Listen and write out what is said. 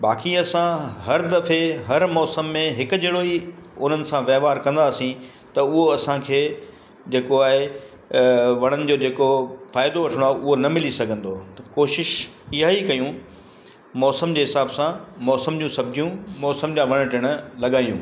बाक़ी असां हर दफ़े हर मौसम में हिक जहिड़ो ई उन्हनि सां वहिंवार कंदासीं त उहो असांखे जेको आहे वणनि जो जेको फ़ाइदो वठिणो आहे उहो न मिली सघंदो त कोशिश इहा ई कयूं मौसम जे हिसाब सां मौसम जूं सब्जियूं मौसम जा वण टिण लॻायूं